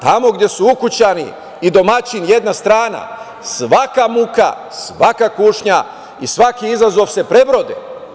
Tamo gde su ukućani i domaćin jedna strana, svaka muka, svaka kušnja i svaki izazov se prebrode.